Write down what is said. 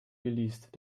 geleast